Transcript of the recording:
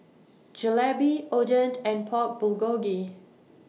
Jalebi Oden and Pork Bulgogi